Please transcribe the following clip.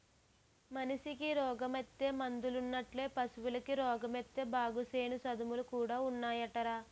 మనిసికి రోగమొత్తే మందులున్నట్లే పశువులకి రోగమొత్తే బాగుసేసే సదువులు కూడా ఉన్నాయటరా